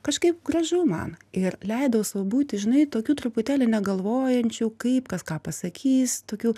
kažkaip gražu man ir leidau sau būti žinai tokiu truputėlį negalvojančiu kaip kas ką pasakys tokiu